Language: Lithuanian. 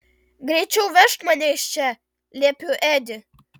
greičiau vežk mane iš čia liepiu edi